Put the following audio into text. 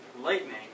lightning